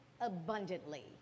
abundantly